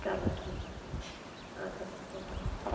چَلو ٹھیٖک چھُ اَدٕ حظ